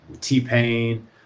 T-Pain